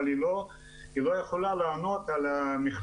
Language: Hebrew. אבל היא לא יכולה לענות על המכלול,